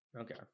okay